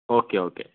okay okay